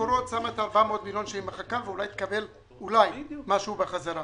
מקורות שמה 400 מיליון שהיא מחקה ואולי אולי היא תקבל משהו בחזרה.